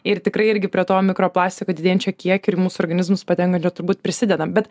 ir tikrai irgi prie to mikroplastiko didėjančio kiekio ir mūsų organizmus patenka jie turbūt prisideda bet